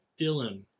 Dylan